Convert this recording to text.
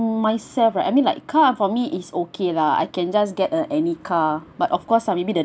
myself right I mean like car for me is okay lah I can just get a any car but of course lah maybe the